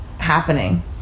Happening